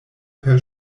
per